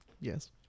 Yes